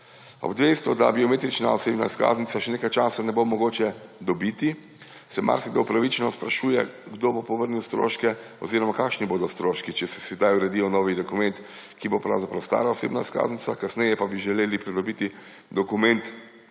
ob dejstvu, da biometrična osebne izkaznice še nekaj časa ne bo mogoče dobiti, se marsikdo upravičeno sprašuje, kdo bo povrnil stroške oziroma kakšni bodo stroški, če si sedaj uredijo novi dokument, ki bo pravzaprav stara osebna izkaznica, kasneje pa bi želeli pridobiti dokument